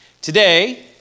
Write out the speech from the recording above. today